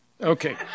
Okay